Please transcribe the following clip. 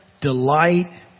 delight